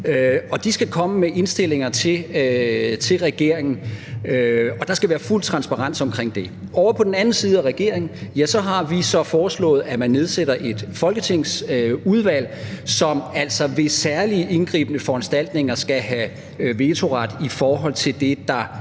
Og de skal komme med indstillinger til regeringen, og der skal være fuld transparens omkring det. Ovre på den anden side af regeringen har vi så foreslået at man nedsætter et folketingsudvalg, som altså ved særlig indgribende foranstaltninger skal have vetoret i forhold til det, der